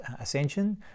ascension